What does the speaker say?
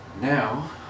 Now